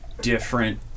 different